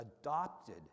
adopted